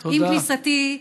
תודה.